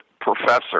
professor